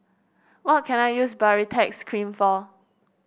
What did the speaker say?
what can I use Baritex Cream for